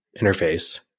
interface